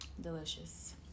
Delicious